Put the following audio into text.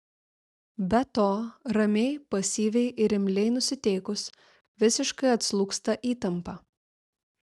be to ramiai pasyviai ir imliai nusiteikus visiškai atslūgsta įtampa